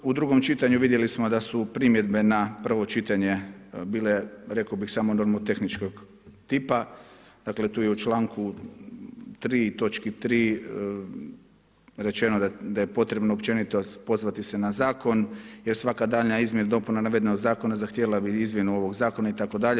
Kroz, u drugom čitanju vidjeli smo da su primjedbe na prvo čitanje bile rekao bih samo nomotehničkog tipa, dakle, tu je u čl. 3. točki 3. rečeno da je potrebno općenito se pozvati na zakon jer svaka daljnja izmjena ili dopuna navedenog zakona zahtijevala bi izmjenu ovog zakona itd.